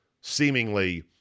seemingly